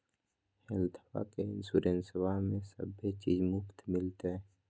हेल्थबा के इंसोरेंसबा में सभे चीज मुफ्त मिलते?